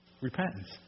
repentance